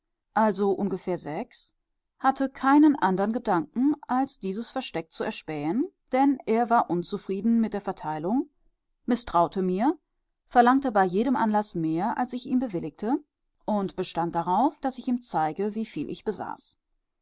also ungefähr sechs hatte keinen andern gedanken als dieses versteck zu erspähen denn er war unzufrieden mit der verteilung mißtraute mir verlangte bei jedem anlaß mehr als ich ihm bewilligte und bestand darauf daß ich ihm zeige wieviel ich besaß